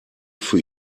für